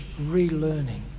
relearning